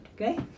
okay